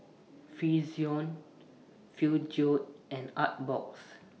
Frixion Peugeot and Artbox